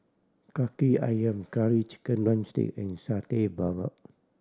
Kaki Ayam Curry Chicken drumstick and Satay Babat